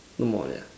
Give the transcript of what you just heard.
no more already ah